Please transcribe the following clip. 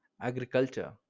agriculture